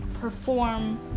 perform